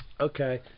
Okay